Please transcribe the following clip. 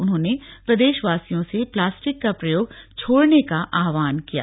उन्होंने प्रदेशवासियों से प्लास्टिक का प्रयोग छोड़ने का आहवान किया है